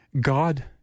God